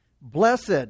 Blessed